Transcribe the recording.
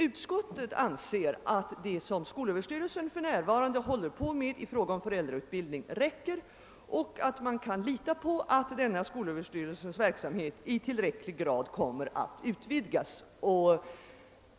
Utskottet anser att det som skolöverstyrelsen för närvarande håller på med i fråga om föräldrautbildning räcker och att man kan lita på att denna skolöverstyrelsens verksamhet i tillräcklig omfattning kommer att utvidgas.